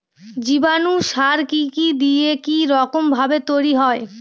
জীবাণু সার কি কি দিয়ে কি রকম ভাবে তৈরি হয়?